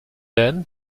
then